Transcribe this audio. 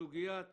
סוגיית